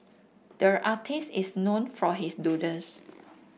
there artist is known for his doodles